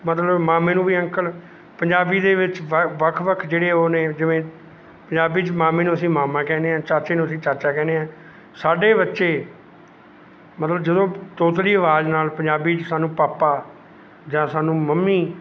ਮਤਲਬ ਮਾਮੇ ਨੂੰ ਵੀ ਅੰਕਲ ਪੰਜਾਬੀ ਦੇ ਵਿੱਚ ਵ ਵੱਖ ਵੱਖ ਜਿਹੜੇ ਉਹ ਨੇ ਜਿਵੇਂ ਪੰਜਾਬੀ 'ਚ ਮਾਮੇ ਨੂੰ ਅਸੀਂ ਮਾਮਾ ਕਹਿੰਦੇ ਹਾਂ ਚਾਚੇ ਨੂੰ ਅਸੀਂ ਚਾਚਾ ਕਹਿੰਦੇ ਹਾਂ ਸਾਡੇ ਬੱਚੇ ਮਤਲਬ ਜਦੋਂ ਤੋਤਲੀ ਅਵਾਜ਼ ਨਾਲ ਪੰਜਾਬੀ 'ਚ ਸਾਨੂੰ ਪਾਪਾ ਜਾਂ ਸਾਨੂੰ ਮੰਮੀ